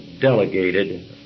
delegated